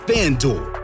FanDuel